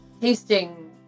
tasting